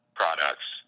products